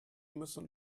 müssen